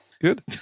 Good